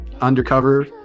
undercover